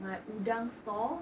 My Udang Store